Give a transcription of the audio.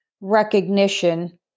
recognition